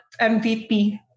MVP